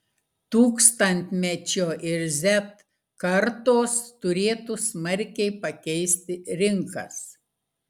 tūkstantmečio ir z kartos turėtų smarkiai pakeisti rinkas